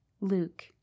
Luke